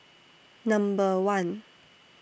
Number one